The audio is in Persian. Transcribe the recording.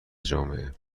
جامعه